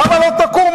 למה לא תקומו?